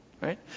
Right